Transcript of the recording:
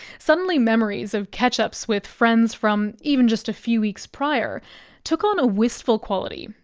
suddenly, memories of catch-ups with friends from even just a few weeks prior took on a wistful quality,